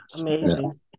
amazing